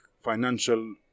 financial